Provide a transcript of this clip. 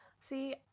See